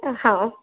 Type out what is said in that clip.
ہاں